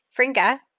Fringa